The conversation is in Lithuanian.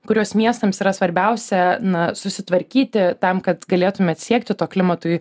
kuriuos miestams yra svarbiausia na susitvarkyti tam kad galėtumėt siekti to klimatui